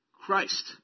Christ